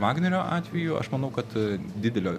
vagnerio atveju aš manau kad didelio